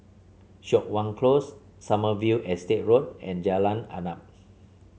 Siok Wan Close Sommerville Estate Road and Jalan Arnap